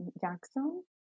Jackson